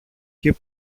και